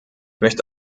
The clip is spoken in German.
möchte